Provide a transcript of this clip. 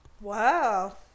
wow